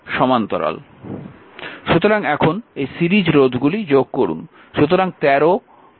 সুতরাং এখন এই সিরিজ রোধগুলি যোগ করুন